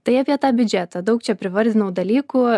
tai apie tą biudžetą daug čia privardinau dalykų